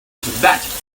that